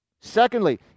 Secondly